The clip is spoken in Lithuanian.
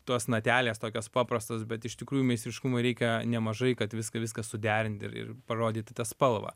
tos natelės tokios paprastos bet iš tikrųjų meistriškumui reikia nemažai kad viską viską suderint ir ir parodyti tą spalvą